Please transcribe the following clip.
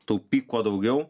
taupyk kuo daugiau